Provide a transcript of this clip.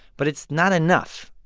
but it's not enough.